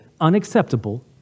unacceptable